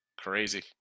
Crazy